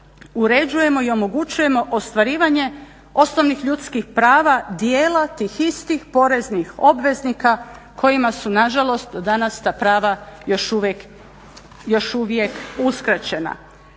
uređujemo i omogućujemo ostvarivanje osnovnih ljudskih prava dijela tih istih poreznih obveznika kojima su nažalost ta prava još uvijek uskraćena.